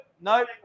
no